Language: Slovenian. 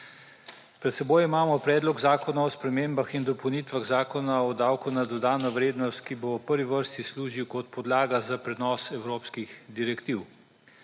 Pred seboj imamo Predlog zakona o spremembah in dopolnitvah Zakona o davku na dodano vrednost, ki bo v prvi vrsti služil kot podlaga za prenos evropskih direktiv.